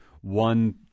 one